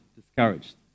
discouraged